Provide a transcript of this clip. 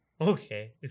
Okay